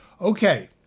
Okay